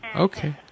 okay